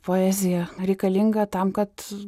poezija reikalinga tam kad